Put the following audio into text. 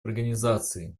организации